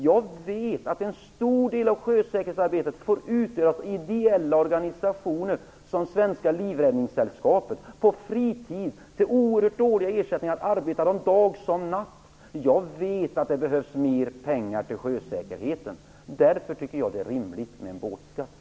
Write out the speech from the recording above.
Jag vet att en stor del av sjösäkerhetsarbetet får utföras av ideella organisationer, som Svenska Livräddningssällskapet, på fritiden. De arbetar dag som natt och har oerhört dålig ersättning. Jag vet att det behövs mer pengar till sjösäkerheten. Därför tycker jag att det är rimligt med en båtskatt.